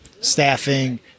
staffing